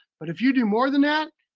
but if you do more than that,